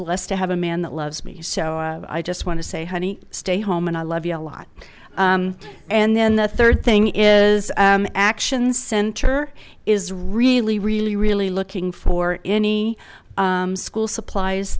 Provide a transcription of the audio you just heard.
blessed to have a man that loves me so i just want to say honey stay home and i love you a lot and then the third thing is action center is really really really looking for any school supplies